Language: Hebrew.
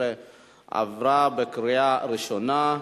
2012,